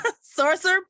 Sorcerer